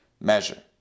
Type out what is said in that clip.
measure